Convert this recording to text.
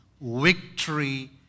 Victory